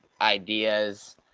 ideas